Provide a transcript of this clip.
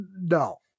No